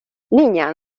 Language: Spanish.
niña